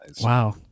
Wow